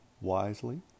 wisely